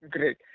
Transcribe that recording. Great